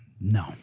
No